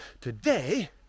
Today